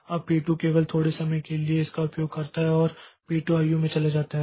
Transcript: अब P2 केवल थोड़े समय के लिए इसका उपयोग करता है और फिर P2 आईओ में चला जाता है